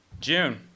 June